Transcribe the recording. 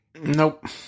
Nope